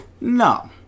No